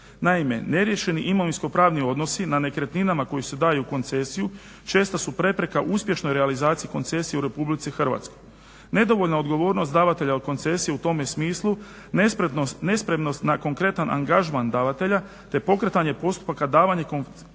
Naime, neriješeni imovinsko-pravni odnosi na nekretninama koji se daju u koncesiju česta su prepreka uspješnoj realizaciji koncesije u Republici Hrvatskoj. Nedovoljna odgovornost davatelja koncesije u tome smislu, nespremnost na konkretan angažman davatelja, te pokretanje postupka davanja koncesije